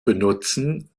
benutzen